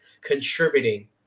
contributing